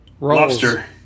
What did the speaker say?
lobster